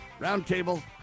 Roundtable